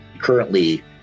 currently